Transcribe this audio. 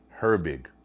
Herbig